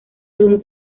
algún